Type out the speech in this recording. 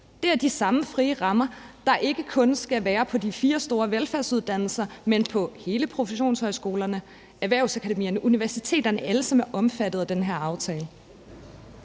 Det er de samme frie rammer, som ikke kun skal være på de fire store velfærdsuddannelser, men på hele området for professionshøjskolerne, erhvervsakademierne, universiteterne og alle steder, som er omfattet af den her aftale.